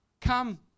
come